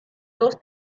dos